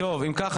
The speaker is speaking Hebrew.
אם כך,